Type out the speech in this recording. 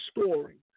story